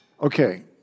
Okay